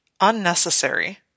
unnecessary